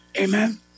Amen